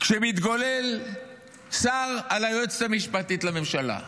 כששר מתגולל על היועצת המשפטית לממשלה,